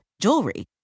jewelry